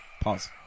Pause